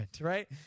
right